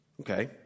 Okay